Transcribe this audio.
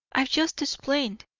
i have just explained,